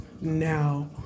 now